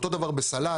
אותו דבר בסלט,